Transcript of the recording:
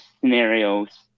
scenarios